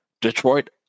Detroit